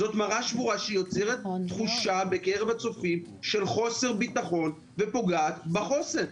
זאת מראה שבורה שיוצרת בקרב הצופים תחושה של חוסר ביטחון ופוגעת בחוסן.